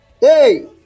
hey